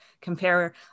compare